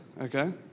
Okay